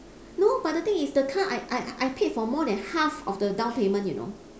no but the thing is the car I I I paid for more than half of the downpayment you know